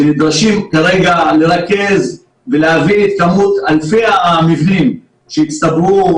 שנדרשים כרגע לרכז ולהביא את כמות אלפי המבנים שהצטברו